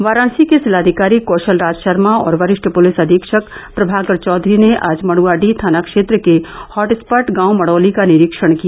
वाराणसी के जिलाधिकारी कौशल राज शर्मा और वरिष्ठ पुलिस अधीक्षक प्रभाकर चौधरी ने आज मंड्आडीह थाना क्षेत्र के हॉटस्पॉट गांव मड़ौली का निरीक्षण किया